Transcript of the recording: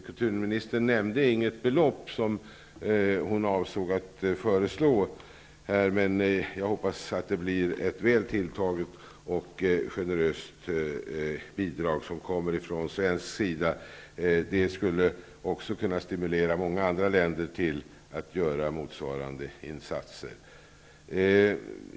Kulturministern nämnde inte vilket belopp hon avsåg att föreslå. Men jag hoppas att det blir ett väl tilltaget och generöst bidrag från svensk sida. Det skulle kunna stimulera många andra länder till att göra motsvarande insatser.